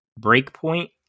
Breakpoint